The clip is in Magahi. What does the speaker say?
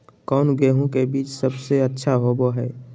कौन गेंहू के बीज सबेसे अच्छा होबो हाय?